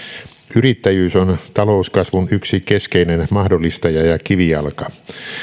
yrittäjyys on talouskasvun yksi keskeinen mahdollistaja ja kivijalka